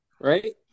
right